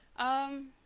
um